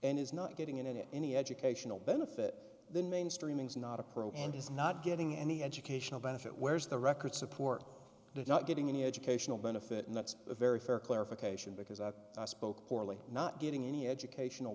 and is not getting any any educational benefit then mainstreaming is not a pro and is not getting any educational benefit where's the record support it's not getting any educational benefit and that's a very fair clarification because i spoke orally not getting any educational